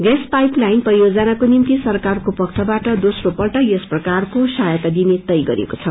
gas pipeline परियोजनाको निम्ति सरकारको पक्षाबाट दोम्रोपल्ट यस प्रकारको सहायता दिन तय गरिएको छ